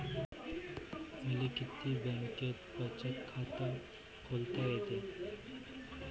मले किती बँकेत बचत खात खोलता येते?